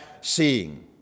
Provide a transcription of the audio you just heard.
seeing